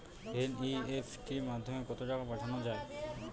NEFT মাধ্যমে কত টাকা পাঠানো যায়?